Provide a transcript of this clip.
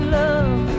love